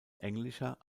englischer